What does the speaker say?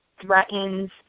threatens